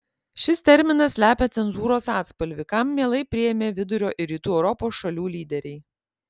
šis terminas slepia cenzūros atspalvį kam mielai priėmė vidurio ir rytų europos šalių lyderiai